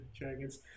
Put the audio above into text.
dragons